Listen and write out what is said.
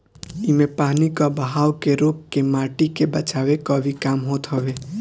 इमे पानी कअ बहाव के रोक के माटी के बचावे कअ भी काम होत हवे